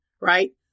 right